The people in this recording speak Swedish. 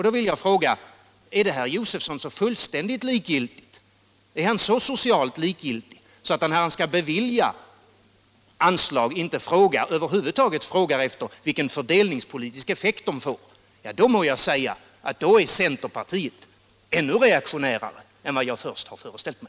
Då vill jag fråga: Är herr Josefson så socialt likgiltig att han, när han skall bevilja anslag, över huvud taget inte frågar efter vilken fördelningspolitisk effekt de får? I så fall är centerpartiet ännu reaktionärare än jag först hade föreställt mig.